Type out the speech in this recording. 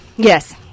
Yes